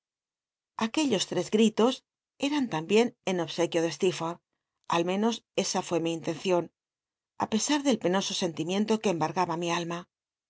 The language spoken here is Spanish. aquellos lles gritos eran tambicn en obsequio de stcccfoc'lh al menos esa fué mi intención á pesar del penoso scnlimicnlo que embargaba mi alma